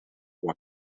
what